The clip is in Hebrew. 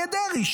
אריה דרעי,